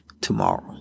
tomorrow